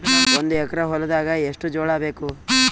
ಒಂದು ಎಕರ ಹೊಲದಾಗ ಎಷ್ಟು ಜೋಳಾಬೇಕು?